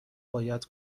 باید